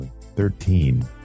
thirteen